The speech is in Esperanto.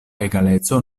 egaleco